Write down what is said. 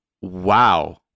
wow